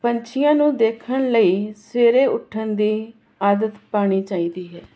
ਪੰਛੀਆਂ ਨੂੰ ਦੇਖਣ ਲਈ ਸਵੇਰੇ ਉੱਠਣ ਦੀ ਆਦਤ ਪਾਣੀ ਚਾਹੀਦੀ ਹੈ